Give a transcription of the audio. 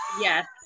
Yes